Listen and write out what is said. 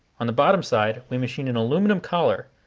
on the bottom side, we machined an aluminum collar,